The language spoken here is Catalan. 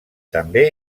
també